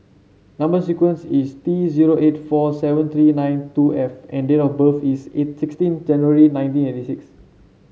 number sequence is T zero eight four seven three nine two F and date of birth is sixteen January nineteen eighty six